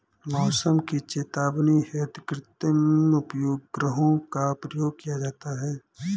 मौसम की चेतावनी हेतु कृत्रिम उपग्रहों का प्रयोग किया जाता है